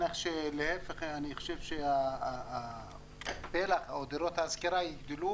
להפך, אני חושב שפלח דירות ההשכרה יגדל,